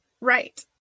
Right